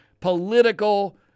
political